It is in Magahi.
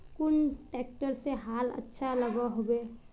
कुन ट्रैक्टर से हाल अच्छा लागोहो होबे?